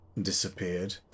disappeared